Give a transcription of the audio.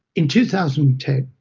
in two thousand and ten,